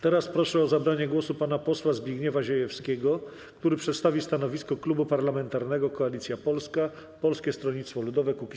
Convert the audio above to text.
Teraz proszę o zabranie głosu pana posła Zbigniewa Ziejewskiego, który przedstawi stanowisko Klubu Parlamentarnego Koalicja Polska - Polskie Stronnictwo Ludowe - Kukiz15.